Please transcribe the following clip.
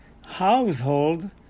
household